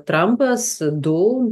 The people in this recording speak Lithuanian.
trampas du